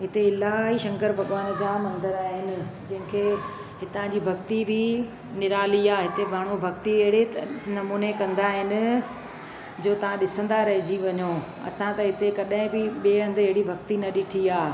हिते इलाही शंकर भॻवान जा मंदर आहिनि जंहिंखे हितां जी भक्ति बि निराली आहे हिते माण्हू भक्ति अहिड़े त नमूने कंदा आहिनि जो तां ॾिसंदा रहिजी वञो असं त हिते कॾहिं बि अहिड़ी भक्ति न ॾिठी आहे